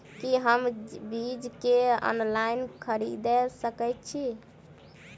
की हम बीज केँ ऑनलाइन खरीदै सकैत छी?